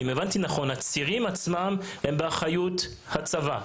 אם הבנתי נכון, הצירים עצמם הם באחריות הצבא,